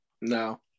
No